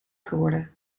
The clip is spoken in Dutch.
geworden